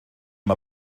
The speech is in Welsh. mae